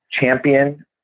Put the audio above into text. champion